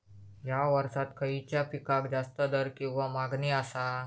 हया वर्सात खइच्या पिकाक जास्त दर किंवा मागणी आसा?